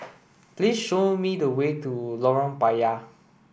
please show me the way to Lorong Payah